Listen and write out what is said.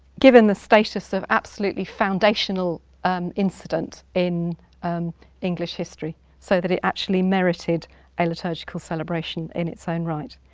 given the status of absolutely foundational incident in um english history, so that it actually merited a liturgical celebration in its own right.